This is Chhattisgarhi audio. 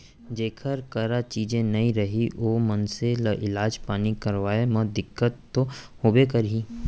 जेकर करा चीजे नइ रही ओ मनसे ल इलाज पानी करवाय म दिक्कत तो होबे करही